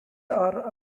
are